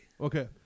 Okay